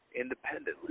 independently